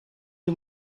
you